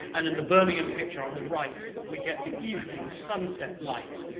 and in the birmingham picture on the right, we get the evening sunset light.